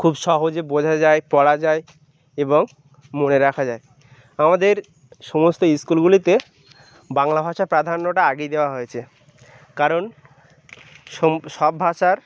খুব সহজে বোঝা যায় পড়া যায় এবং মনে রাখা যায় আমাদের সমস্ত স্কুলগুলিতে বাংলা ভাষার প্রাধান্যটা আগেই দেওয়া হয়েছে কারণ সব ভাষার